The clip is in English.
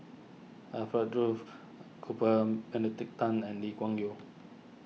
Alfred Duff Cooper annedict Tan and Lee Kuan Yew